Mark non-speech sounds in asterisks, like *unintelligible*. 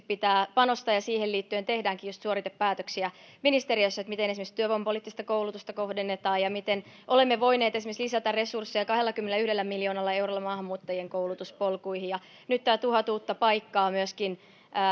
*unintelligible* pitää panostaa ja siihen liittyen tehdäänkin just suoritepäätöksiä ministeriössä miten esimerkiksi työvoimapoliittista koulutusta kohdennetaan ja miten olemme voineet esimerkiksi lisätä resursseja kahdellakymmenelläyhdellä miljoonalla eurolla maahanmuuttajien koulutuspolkuihin ja nyt myöskin tämä tuhat uutta paikkaa